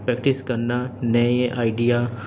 practice کرنا نئے idea